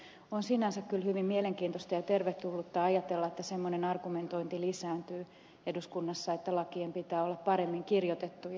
mutta on sinänsä kyllä hyvin mielenkiintoista ja tervetullutta ajatella että sellainen argumentointi lisääntyy eduskunnassa että lakien pitää olla paremmin kirjoitettuja